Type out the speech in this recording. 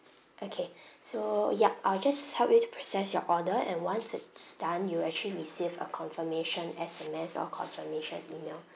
okay so yup I'll just help you to process your order and once it's done you actually receive a confirmation S_M_S or confirmation email